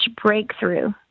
breakthrough